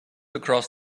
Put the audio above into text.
across